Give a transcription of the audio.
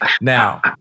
now